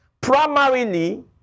primarily